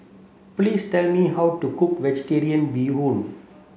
please tell me how to cook vegetarian bee hoon